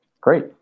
Great